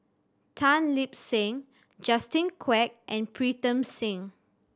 Tan Lip Seng Justin Quek and Pritam Singh